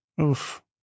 Oof